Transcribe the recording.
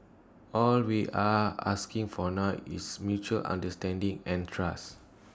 all we're asking for now is mutual understanding and trust